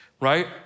right